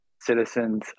citizens